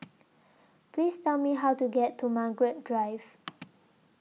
Please Tell Me How to get to Margaret Drive